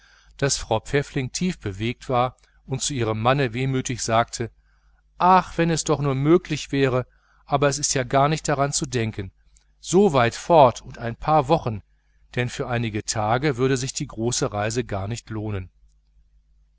daß frau pfäffling tief bewegt war und zu ihrem mann wehmütig sagte ach wenn es nur möglich wäre aber es ist ja gar nicht daran zu denken so weit fort und auf ein paar wochen denn für einige tage würde sich die große reise gar nicht lohnen